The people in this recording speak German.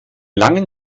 langen